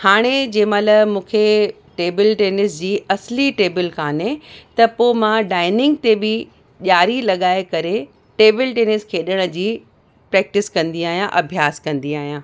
हाणे जे महिल मूंखे टेबिल टेनिस जी असली टेबिल कोन्हे त पोइ मां डाइनिंग ते बि जाली लॻाए करे टेबिल टेनिस खेॾण जी प्रेक्टिस कंदी आहियां अभ्यास कंदी आहियां